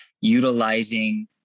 utilizing